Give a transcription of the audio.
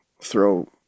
throw